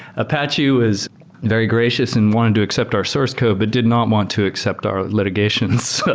apache was very gracious and wanted to accept our source code, but did not want to accept our litigations.